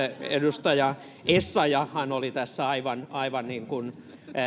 edustaja essayahhan oli tässä aivan aivan niin kuin